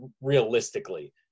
realistically